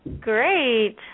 Great